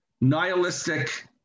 nihilistic